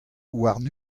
warn